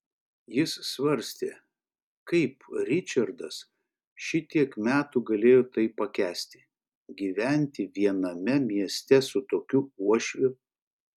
jis svarstė kaip ričardas šitiek metų galėjo tai pakęsti gyventi viename mieste su tokiu uošviu